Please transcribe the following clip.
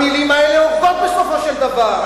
המלים האלה עובדות בסופו של דבר.